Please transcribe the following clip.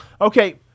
Okay